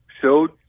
showed